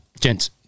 Gents